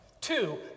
Two